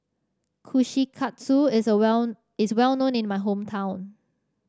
kushikatsu is well is well known in my hometown